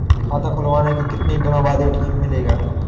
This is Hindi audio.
खाता खुलवाने के कितनी दिनो बाद ए.टी.एम मिलेगा?